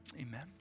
amen